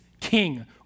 king